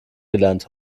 gelernt